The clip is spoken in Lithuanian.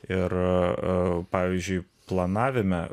ir pavyzdžiui planavime